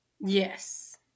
Yes